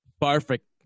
perfect